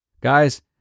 Guys